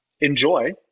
enjoy